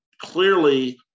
Clearly